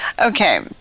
Okay